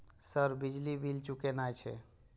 Sir बिजली bill चूकेना छे?